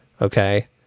Okay